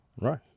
Right